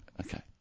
okay